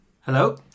Hello